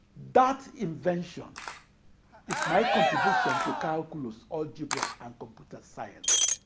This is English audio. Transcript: that invention is my contribution to calculus, algebra, and computer science.